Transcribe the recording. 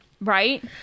Right